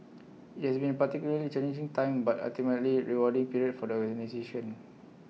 IT has been A particularly challenging time but ultimately rewarding period for the organisation